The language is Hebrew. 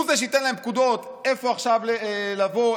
הוא זה שייתן להם פקודות לאן עכשיו לבוא,